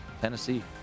Tennessee